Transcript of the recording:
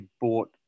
bought